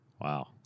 Wow